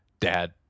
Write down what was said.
dad